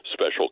special